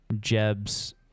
Jeb's